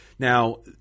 Now